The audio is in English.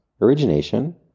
origination